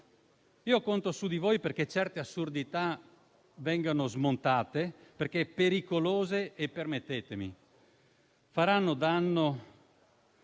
Io conto su di voi perché certe assurdità vengano smontate, perché sono pericolose e - permettetemi - faranno danno